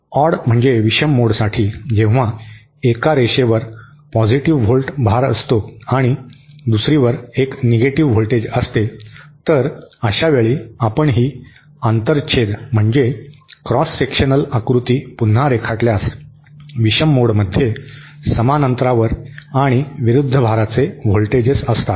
odd म्हणजे विषम मोडसाठी जेव्हा एका रेषेवर पॉझिटिव्ह व्होल्ट भार असतो आणि दुसरीवर एक निगेटिव्ह व्होल्टेज असते तर अशावेळी आपण ही आंतर छेद म्हणजे क्रॉस सेक्शनल आकृती पुन्हा रेखाटल्यास विषम मोडमध्ये समान अंतरावर आणि विरुद्ध भाराचे व्होल्टेजेस असतात